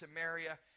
Samaria